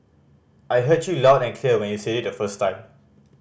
I heard you loud and clear when you said it the first time